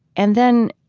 and then,